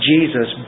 Jesus